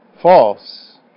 false